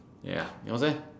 ya yours eh